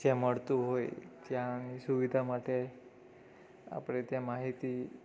જ્યાં મળતું હોય ત્યાં સુવિધા માટે આપણે ત્યાં માહિતી